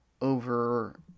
over